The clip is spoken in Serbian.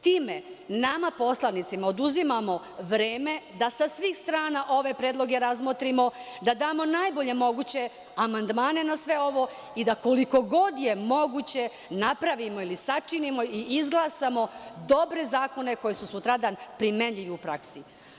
Time nama poslanicima oduzimamo vreme da sa svih strana ove predloge razmotrimo, da damo najbolje moguće amandmane na sve ovo i da koliko god je moguće napravimo ili sačinimo i izglasamo dobre zakone koji su sutradan primenljivi u praksi.